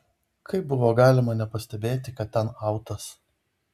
kaip buvo galima nepastebėti kad ten autas